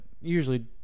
usually